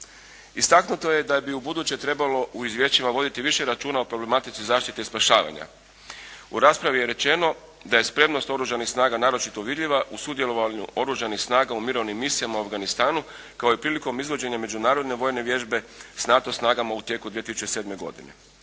Istaknuto je da bi u buduće trebalo u izvješćima voditi više računa o problematici zaštite i spašavanja. U raspravi je rečeno da je spremnost Oružanih snaga naročito vidljiva u sudjelovanju Oružanih snaga u Mirovnim misijama u Afganistanu kao i prilikom izvođenja međunarodne vojne vježbe s NATO snagama u tijeku 2007. godine.